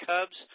Cubs